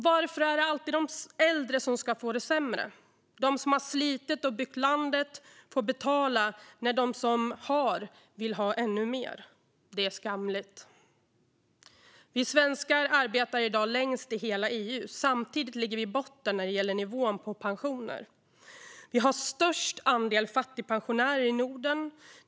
Varför är det alltid de äldre som ska få det sämre? De som har slitit och byggt landet får betala när de som har vill ha ännu mer. Det är skamligt. Vi svenskar arbetar i dag längst i hela EU. Samtidigt ligger vi i botten när det gäller nivån på pensionerna. Vi har störst andel fattigpensionärer i Norden.